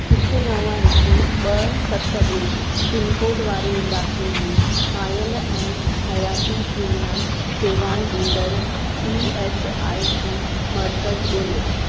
हिकु नव हिक ॿ सत ॿुड़ी पिनकोड वारे इलाइक़े में आयलु ऐं हयाती कीमिया शेवाऊं ॾींदड़ ई एस आई सी मर्कज़ ॻोल्हियो